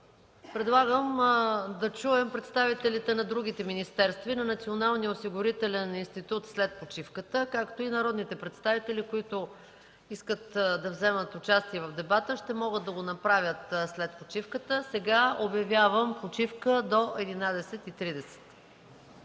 Предлагам да чуем представителите на другите министерства и на Националния осигурителен институт, както и народните представители, които искат да вземат участие в дебата, след почивката. Обявявам почивка до 11,30